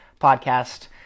podcast